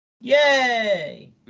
Yay